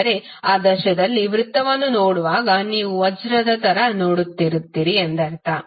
ಅಂದರೆ ಆದರ್ಶದಲ್ಲಿ ವೃತ್ತವನ್ನು ನೋಡುವಾಗ ನೀವು ವಜ್ರವನ್ನು ದ ತರ ನೋಡುತ್ತೀರಿ ಎಂದರ್ಥ